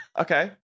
Okay